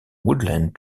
woodland